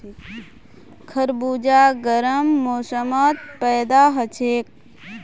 खरबूजा गर्म मौसमत पैदा हछेक